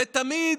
ותמיד,